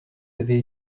avez